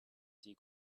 die